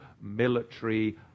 military